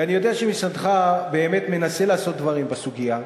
ואני יודע שמשרדך באמת מנסה לעשות דברים בסוגיה.